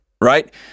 Right